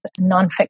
nonfiction